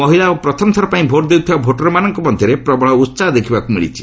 ମହିଳା ଓ ପ୍ରଥମରଥର ପାଇଁ ଭୋଟ୍ ଦେଉଥିବା ଭୋଟରମାନଙ୍କ ମଧ୍ୟରେ ପ୍ରବଳ ଉହାହ ଦେଖିବାକୁ ମିଳିଛି